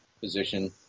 position –